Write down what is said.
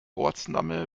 ortsname